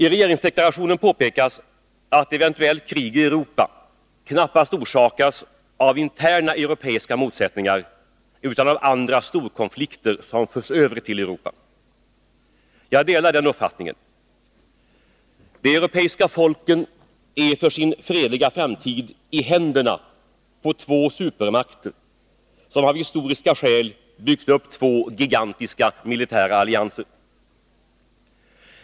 I regeringsdeklarationen påpekas att eventuellt krig i Europa knappast orsakas av interna europeiska motsättningar utan av andra storkonflikter som förs över till Europa. Jag delar den uppfattningen. De europeiska folken är för sin fredliga framtid i händerna på två supermakter som av historiska skäl byggt upp två gigantiska militära allianser.